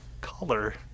color